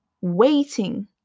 waiting